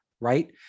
right